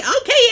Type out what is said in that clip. okay